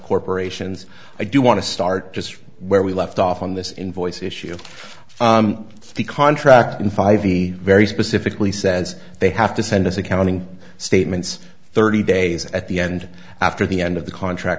corporations i do want to start just where we left off on this invoice issue the contract in five the very specifically says they have to send us accounting statements thirty days at the end after the end of the contract